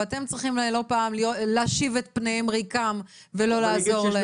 ואתם צריכים לא פעם להשיב את פניהן ריקם ולא לעזור להם.